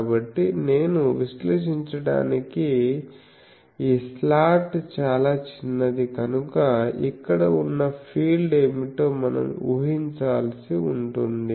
కాబట్టి నేను విశ్లేషించడానికి ఈ స్లాట్ చాలా చిన్నది కనుక ఇక్కడ ఉన్న ఫీల్డ్ ఏమిటో మనం ఊహించాల్సి ఉంటుంది